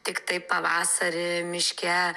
tiktai pavasarį miške